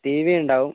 T V ഉണ്ടാവും